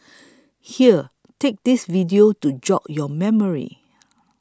here take this video to jog your memory